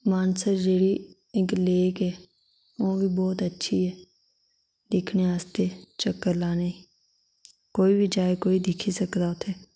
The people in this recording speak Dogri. मानसर जेह्ड़ी इक्क लेक ऐ ओह्बी बहुत अच्छी ऐ दिक्खने आस्तै चक्कर लाने गी कोई बी जा कोई दिक्खी सकदा उत्थै